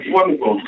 Wonderful